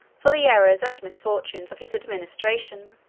for the errors and misfortunes of his administration.